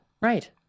right